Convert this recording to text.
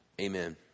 Amen